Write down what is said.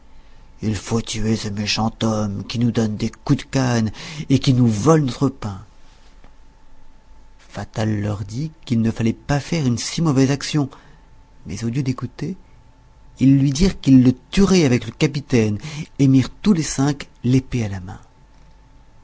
il faut tuer ce méchant homme qui nous donne des coups de canne et qui nous vole notre pain fatal leur dit qu'il ne fallait pas faire une si mauvaise action mais au lieu d'écouter ils lui dirent qu'ils le tueraient avec le capitaine et mirent tous les cinq l'épée à la main